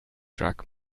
drag